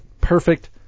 perfect